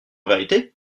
vérité